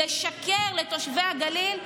לשקר לתושבי הגליל,